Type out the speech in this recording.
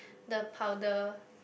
the powder